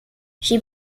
she